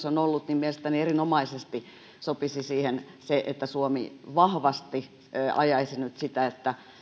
on ollut tämä norminpurkuhenki niin mielestäni siihen sopisi erinomaisesti se että suomi vahvasti ajaisi nyt sitä että